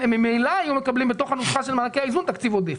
הן ממילא היו מקבלות בתוך הנוסחה של מענקי האיזון תקציב עודף.